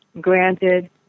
granted